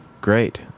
Great